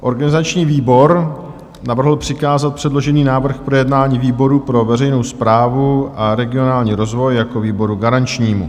Organizační výbor navrhl přikázat předložený návrh k projednání výboru pro veřejnou správu a regionální rozvoj jako výboru garančnímu.